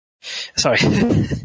sorry